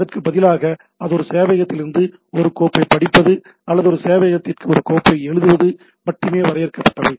அதற்கு பதிலாக இது ஒரு சேவையகத்திலிருந்து ஒரு கோப்பைப் படிப்பது அல்லது ஒரு சேவையகத்திற்கு ஒரு கோப்பை எழுதுவது மட்டுமே வரையறுக்கப்பட்டவை